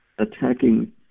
attacking